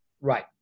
Right